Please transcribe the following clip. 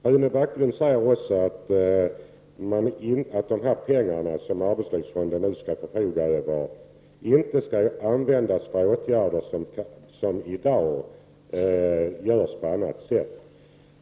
Rune Backlund sade också att de pengar som arbetslivsfonden nu skall förfoga över inte skall användas för åtgärder som i dag görs på annat sätt.